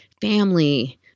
family